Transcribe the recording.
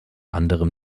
anderem